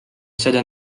seda